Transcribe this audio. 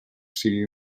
sigui